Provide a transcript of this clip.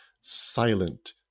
silent